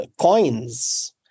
coins